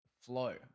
flow